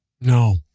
No